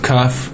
Cuff